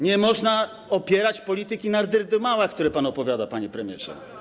Nie można opierać polityki na dyrdymałach, które pan opowiada, panie premierze.